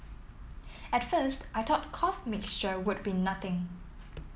at first I thought cough mixture would be nothing